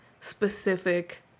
specific